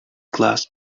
class